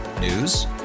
News